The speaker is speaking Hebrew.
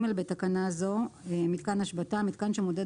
בתקנה זו - "מיתקן השבתה" מיתקן שמודד